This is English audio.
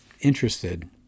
interested